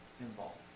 involved